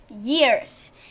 years